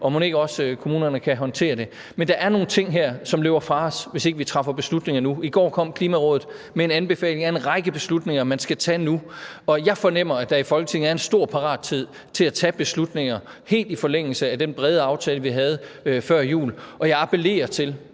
og mon ikke også kommunerne kan håndtere det. Men der er nogle ting her, som løber fra os, hvis ikke vi træffer beslutninger nu. I går kom Klimarådet med en anbefaling af en række beslutninger, man skal tage nu. Og jeg fornemmer, at der i Folketinget er en stor parathed til at tage beslutninger, helt i forlængelse af den bred aftale, vi havde før jul. Og jeg appellerer til,